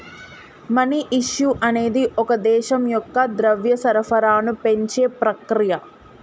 money issue అనేది ఒక దేశం యొక్క ద్రవ్య సరఫరాను పెంచే ప్రక్రియ